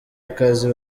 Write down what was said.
akazi